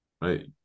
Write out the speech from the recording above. right